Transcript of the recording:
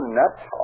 nuts